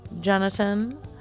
Jonathan